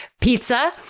pizza